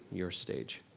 your stage.